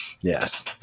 Yes